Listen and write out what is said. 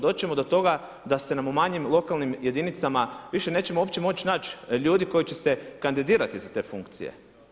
Doći ćemo do toga da se u manjim lokalnim jedinicama više nećemo uopće moći naći ljudi koji će se kandidirati za te funkcije.